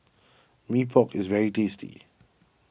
Mee Pok is very tasty